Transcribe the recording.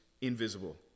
invisible